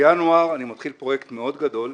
בינואר אני מתחיל פרויקט מאוד גדול,